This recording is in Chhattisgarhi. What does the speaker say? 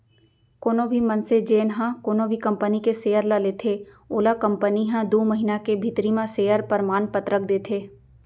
कोनो भी मनसे जेन ह कोनो भी कंपनी के सेयर ल लेथे ओला कंपनी ह दू महिना के भीतरी म सेयर परमान पतरक देथे